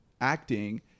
acting